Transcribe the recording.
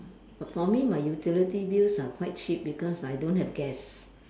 for me my utility bills are quite cheap because I don't have gas